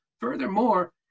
Furthermore